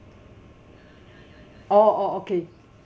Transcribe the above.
oh oh okay